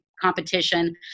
competition